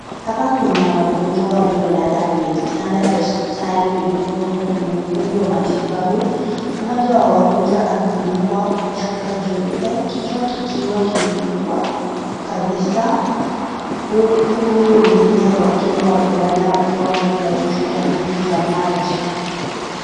Hapa kuna wagonjwa waliolala kwenye vitanda vya hospitali vilivyopangwa kwenye ukundu wa matibabu . Mmoja wa wagonjwa amefunikwa Kwa shuka jeupe, kichwa kikiwa kimefunikwa kabisa ,huku wengine wakiwa wamelala wakiwa wameunganiabwa na tripu ya maji.